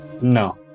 No